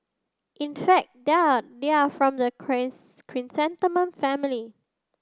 in fact they are they are from the chrysanthemum family